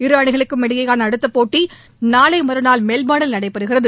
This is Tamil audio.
இரு அணிகளுக்கும் இடையேயான அடுத்த போட்டி நாளை மறுநாள் மெல்பர்னில் நடைபெறுகிறது